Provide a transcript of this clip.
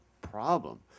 problem